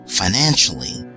financially